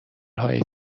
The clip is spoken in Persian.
های